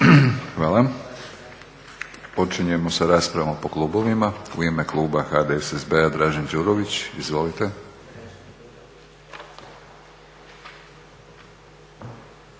Hvala. Počinjemo sa raspravom po klubovima. U ime kluba HDSSB-a Dražen Đurović, izvolite.